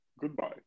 Goodbye